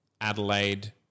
Adelaide